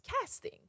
casting